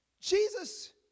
Jesus